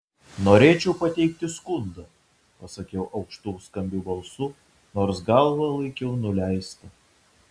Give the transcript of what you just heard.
norėčiau pateikti skundą pasakiau aukštu skambiu balsu nors galvą laikiau nuleistą